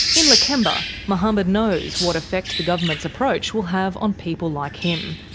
in lakemba, mohammed knows what effect the government's approach will have on people like him.